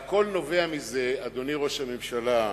והכול, אדוני ראש הממשלה,